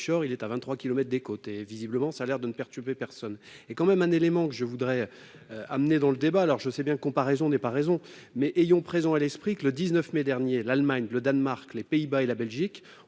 vingt-trois kilomètres des côtes et visiblement, ça a l'air de ne perturber personne est quand même un élément que je voudrais amener dans le débat, alors je sais bien, comparaison n'est pas raison, mais ayons présent à l'esprit que le 19 mai dernier l'Allemagne, le Danemark, les Pays-Bas et la Belgique ont